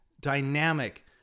dynamic